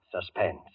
suspense